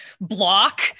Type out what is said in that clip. block